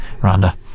Rhonda